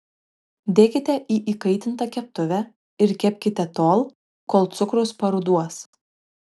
dėkite į įkaitintą keptuvę ir kepkite tol kol cukrus paruduos